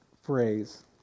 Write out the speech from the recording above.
phrase